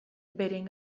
beren